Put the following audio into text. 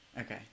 Okay